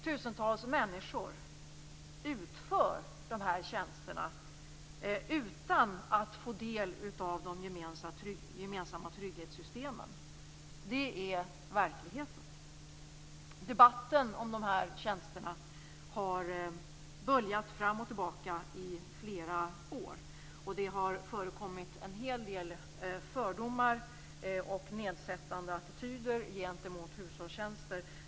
Tusentals människor utför de här tjänsterna utan att få del av de gemensamma trygghetssystemen. Det är verkligheten. Debatten om de här tjänsterna har böljat fram och tillbaka i flera år. Det har förekommit en hel del fördomar och nedsättande attityder gentemot hushållstjänster.